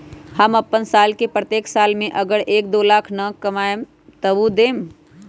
हम अपन साल के प्रत्येक साल मे अगर एक, दो लाख न कमाये तवु देम?